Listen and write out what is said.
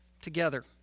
together